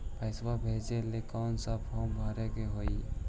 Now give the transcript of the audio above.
पैसा भेजे लेल कौन फार्म भरे के होई?